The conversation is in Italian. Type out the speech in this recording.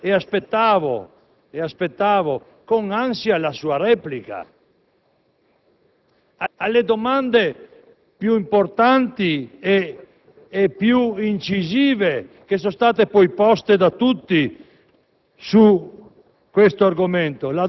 L'ho notato con piacere e aspettavo con ansia la sua replica alle domande più importanti e più incisive che sono state poi poste da tutti